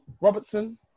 Robertson